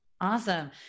Awesome